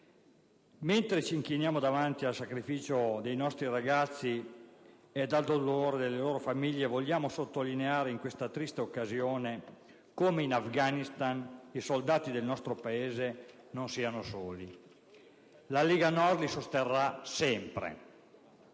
Mentre ci inchiniamo davanti al sacrificio dei nostri ragazzi ed al dolore delle loro famiglie, vogliamo sottolineare in questa triste occasione come in Afghanistan i soldati del nostro Paese non siano soli. La Lega Nord li sosterrà sempre.